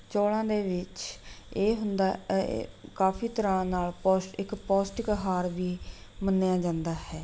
ਚੌਲਾਂ ਦੇ ਵਿੱਚ ਇਹ ਹੁੰਦਾ ਕਾਫੀ ਤਰ੍ਹਾਂ ਨਾਲ ਪੌਸ਼ ਇੱਕ ਪੌਸ਼ਟਿਕ ਆਹਾਰ ਵੀ ਮੰਨਿਆਂ ਜਾਂਦਾ ਹੈ